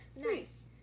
Nice